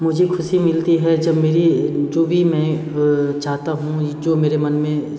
मुझे ख़ुशी मिलती है जब मेरी जो भी मैं चाहता हूँ जो मेरे मन में